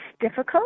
difficult